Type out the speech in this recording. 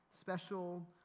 special